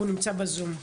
שנמצא איתנו בזום.